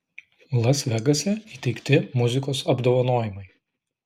las vegase įteikti muzikos apdovanojimai